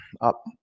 up